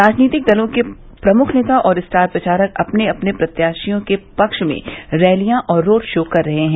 राजनीतिक दलों के प्रमुख नेता और स्टार प्रचारक अपने अपने प्रत्याशियों के पक्ष में रैलियां और रोड शो कर रहे हैं